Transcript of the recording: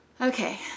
Okay